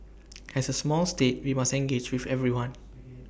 as A small state we must engage with everyone